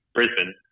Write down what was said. Brisbane